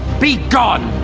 be gone!